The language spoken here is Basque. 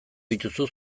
dituzu